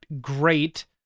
great